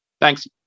Thanks